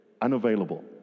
unavailable